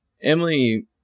Emily